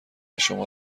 شما